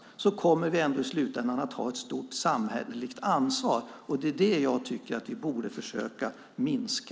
Därför kommer vi ändå i slutändan att ha ett stort samhälleligt ansvar, och det är det jag tycker att vi borde försöka minska.